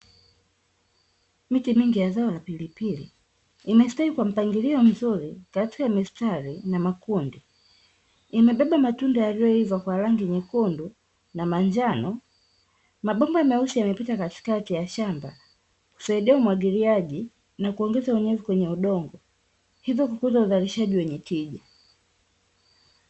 Miti mingi ya zao la pilipili imestawi kwa mpangilio mzuri katika mistari na makundi, imebeba matunda yaliyoiva kwa rangi nyekundu na manjano. Mabomba meusi yamepita katikati ya shamba kusaidia umwagiliaji na kuongeza unyevu kwenye udongo, hivo kukuza uzalishaji wenye tija.